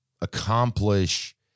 accomplish